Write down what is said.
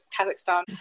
Kazakhstan